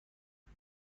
نوع